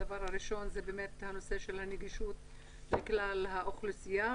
הדבר הראשון זה הנגישות לכלל האוכלוסייה.